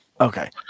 Okay